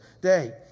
day